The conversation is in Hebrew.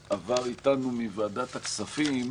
זה השיקול התקציבי,